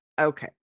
okay